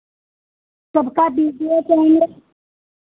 सबका वीडियो पहले